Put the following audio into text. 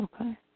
Okay